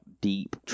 deep